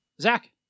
Zach